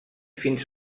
fins